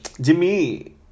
Jimmy